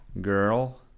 girl